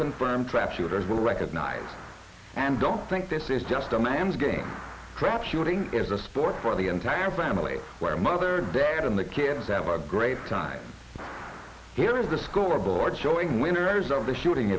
confirm trap shooters will recognize and don't think this is just a man's game crap shooting is a sport for the entire family where mother dad and the kids have a great time here is the scoreboard showing winners of the shooting